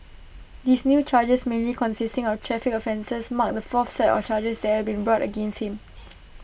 these new charges mainly consisting of traffic offences mark the fourth set of charges that have been brought against him